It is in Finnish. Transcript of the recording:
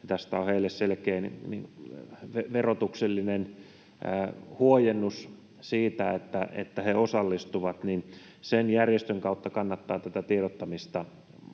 ja heille on selkeä verotuksellinen huojennus siitä, että he osallistuvat, niin sen järjestön kautta kannattaa tätä tiedottamista